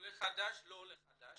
עולה חדש או לא עולה חדש,